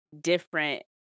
different